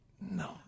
No